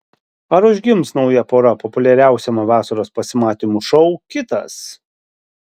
ar užgims nauja pora populiariausiame vasaros pasimatymų šou kitas